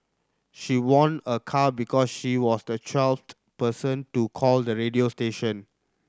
she won a car because she was the twelfth person to call the radio station